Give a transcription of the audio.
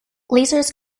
lasers